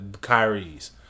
Kyrie's